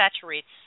saturates